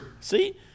See